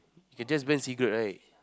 can just ban cigarette right